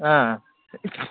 ꯑꯥ